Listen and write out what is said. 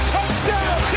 Touchdown